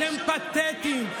אתם פתטיים.